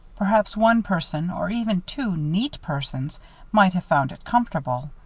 perhaps one person or even two neat persons might have found it comfortable,